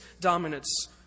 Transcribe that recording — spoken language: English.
dominance